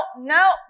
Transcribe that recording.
no